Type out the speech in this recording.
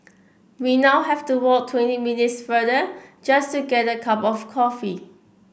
we now have to walk twenty minutes farther just to get a cup of coffee